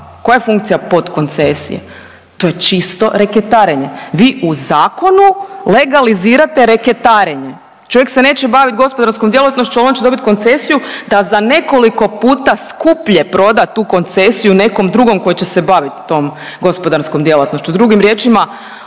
Koja je funkcija podkoncesije? To je čisto reketarenje. Vi u zakonu legalizirate reketarenje. Čovjek se neće baviti gospodarskom djelatnošću, ali on će dobiti koncesiju da za nekoliko puta skuplje proda tu koncesiju nekom drugom koji će se baviti tom gospodarskom djelatnošću.